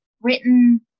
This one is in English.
written